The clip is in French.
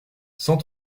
cent